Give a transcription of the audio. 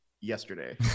yesterday